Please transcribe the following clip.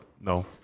no